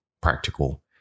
practical